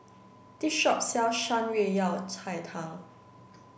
this shop sells Shan Rui Yao Cai Tang